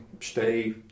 stay